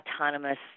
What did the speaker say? autonomous